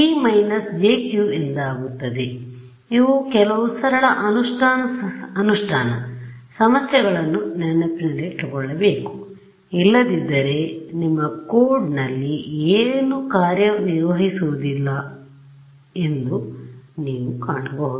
ಆದ್ದರಿಂದ ಇವು ಕೆಲವು ಸರಳ ಅನುಷ್ಠಾನ ಸಮಸ್ಯೆಗಳನ್ನು ನೆನಪಿನಲ್ಲಿಟ್ಟುಕೊಳ್ಳಬೇಕುಇಲ್ಲದಿದ್ದರೆ ನಿಮ್ಮ ಕೋಡ್ನಲ್ಲಿ ಏನೂ ಕಾರ್ಯನಿರ್ವಹಿಸುವುದಿಲ್ಲ ಎಂದು ನೀವು ಕಾಣಬಹುದು